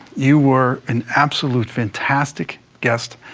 you were an absolute, fantastic guest.